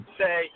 say